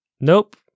nope